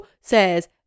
says